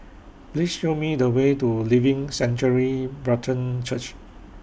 Please Show Me The Way to Living Sanctuary Brethren Church